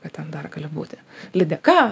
kad ten dar gali būti lydeka